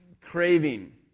craving